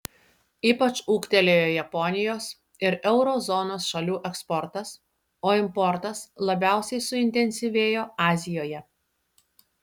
ypač ūgtelėjo japonijos ir euro zonos šalių eksportas o importas labiausiai suintensyvėjo azijoje